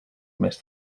més